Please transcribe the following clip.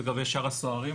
לגבי שאר הסוהרים,